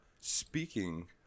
Speaking